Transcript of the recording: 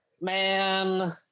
Man